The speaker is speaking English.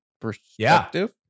perspective